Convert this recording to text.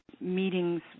meetings